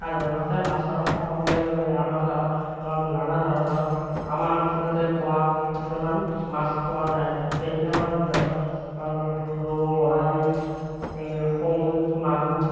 সাধাৰণতে মাছৰ কথা ক'বলৈ গ'লে আমাৰ গাঁৱত নানা ধৰণৰ আমাৰ অঞ্চলতে পোৱা কিছুমান মাছ পোৱা যায় সেইবিলাকৰ ভিতৰত ৰৌ বৰালি শ'ল মাগুৰ